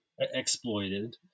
exploited